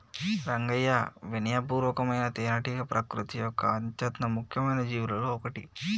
రంగయ్యా వినయ పూర్వకమైన తేనెటీగ ప్రకృతి యొక్క అత్యంత ముఖ్యమైన జీవులలో ఒకటి